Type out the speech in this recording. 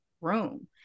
room